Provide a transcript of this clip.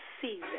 season